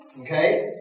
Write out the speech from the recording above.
Okay